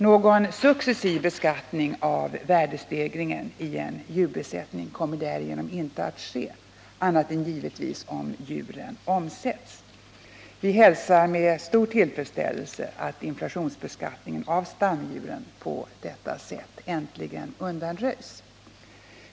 Någon successiv beskattning av värdestegringar i en djurbesättning kommer därigenom inte att ske — annat än givetvis i samband med att djuren omsätts. Vi hälsar med stor tillfredsställelse att inflationsbeskattningen av stamdjuren på detta sätt äntligen undanröjs.